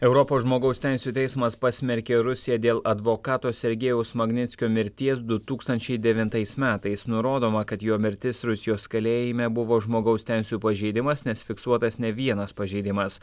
europos žmogaus teisių teismas pasmerkė rusiją dėl advokato sergejaus magnickio mirties du tūkstančiai devintais metais nurodoma kad jo mirtis rusijos kalėjime buvo žmogaus teisių pažeidimas nes fiksuotas ne vienas pažeidimas